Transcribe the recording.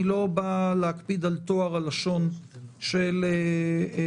אני לא בא להקפיד על טוהר הלשון של הכנסת,